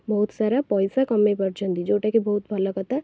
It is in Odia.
ବହୁତ ସାରା ପଇସା କମେଇ ପାରୁଛନ୍ତି ଯେଉଁଟାକି ବହୁତ ଭଲ କଥା